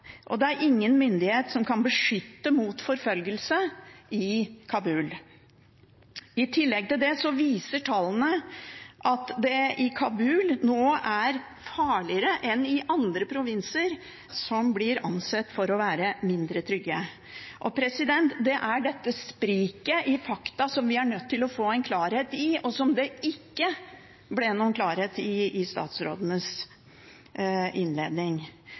og det er ingen myndighet som kan beskytte mot forfølgelse i Kabul. I tillegg til det viser tallene at det i Kabul nå er farligere enn i andre provinser som blir ansett for å være mindre trygge. Det er dette spriket i fakta som vi er nødt til å få klarhet i, og som det ikke ble noen klarhet i i statsrådenes innledning.